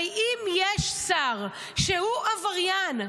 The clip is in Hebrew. הרי אם יש שר שהוא עבריין,